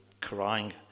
crying